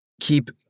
Keep